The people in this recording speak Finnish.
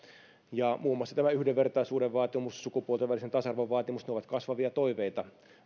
muun muassa yhdenvertaisuuden vaatimus ja sukupuolten välisen tasa arvon vaatimus ovat kasvavia toiveita